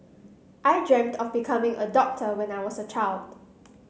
I dreamt of becoming a doctor when I was a child